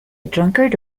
drunkard